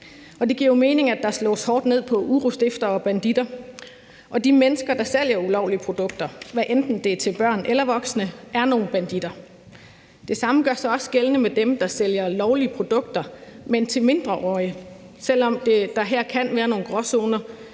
Det giver mening, at der slås hårdt ned på urostiftere og banditter, og de mennesker, der sælger ulovlige produkter, hvad enten det er til børn eller voksne, er nogle banditter. Det samme gør sig gældende for dem, der sælger lovlige produkter, men til mindreårige, selv om der her kan være nogle gråzoner,